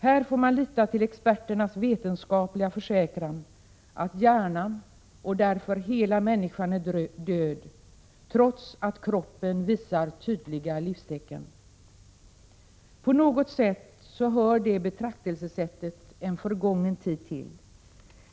Här får man lita till de vetenskapliga experternas försäkran att hjärnan och därför hela människan är död, trots att kroppen visar tydliga livstecken. På något sätt hör det betraktelsesättet en förgången tid till.